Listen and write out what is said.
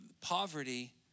poverty